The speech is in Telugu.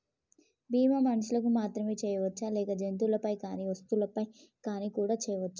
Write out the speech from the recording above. బీమా మనుషులకు మాత్రమే చెయ్యవచ్చా లేక జంతువులపై కానీ వస్తువులపై కూడా చేయ వచ్చా?